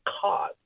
caught